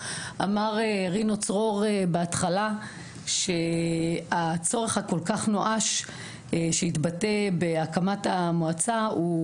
אמר רינו צרור בהתחלה שהצורך הכול כך נואש שהתבטא בהקמת המועצה הוא